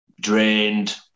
drained